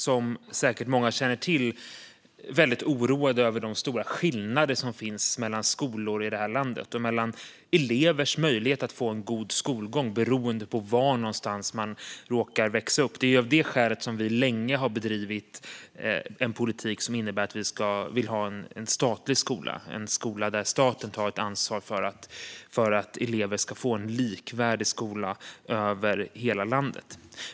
Som säkert många känner till är vi liberaler väldigt oroade över de stora skillnader som finns mellan skolor i landet och mellan elevers möjlighet att få en god skolgång beroende på var någonstans de råkar växa upp. Av detta skäl har vi länge bedrivit en politik för en statlig skola, en skola där staten tar ett ansvar för att elever ska få en likvärdig skola över hela landet.